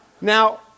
Now